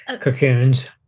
cocoons